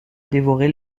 dévorer